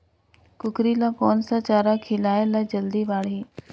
कूकरी ल कोन सा चारा खिलाय ल जल्दी बाड़ही?